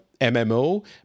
MMO